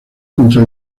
contra